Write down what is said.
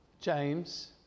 James